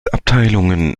abteilungen